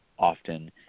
often